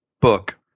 book